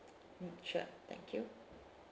mm sure thank you